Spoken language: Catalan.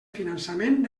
finançament